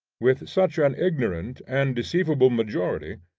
with such an ignorant and deceivable majority,